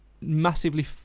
massively